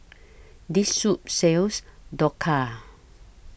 This Soup sells Dhokla